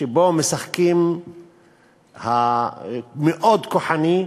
שבו משחקים מאוד כוחני,